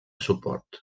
suport